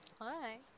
Hi